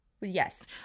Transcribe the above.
yes